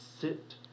sit